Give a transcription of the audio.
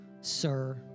Sir